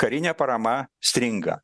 karinė parama stringa